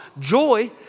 Joy